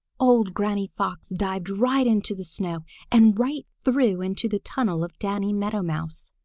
old granny fox dived right into the snow and right through into the tunnel of danny meadow mouse.